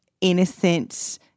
innocent